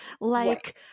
Like-